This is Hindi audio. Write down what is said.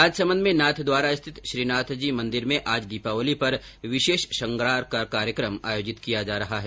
राजसमंद में नाथद्वारा स्थित श्रीनाथजी मंदिर में आज दीपावली पर विशेष श्रृंगार का कार्यक्रम आयोजित किया जा रहा है